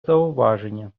зауваження